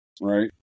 right